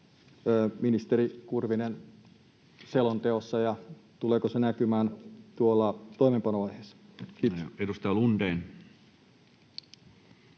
ministeri Kurvinen, selonteossa, ja tuleeko se näkymään toimeenpanovaiheessa? — Kiitos. [Speech 128]